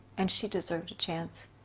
and she deserved a chance